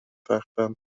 تختم